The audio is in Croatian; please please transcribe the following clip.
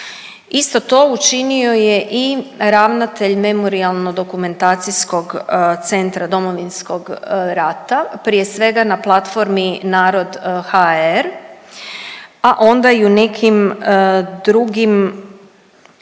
Isto to učinio je i ravnatelj Memorijalno-dokumentacijskog centra Domovinskog rata prije svega na platformi Narod.hr, a onda i u nekim drugim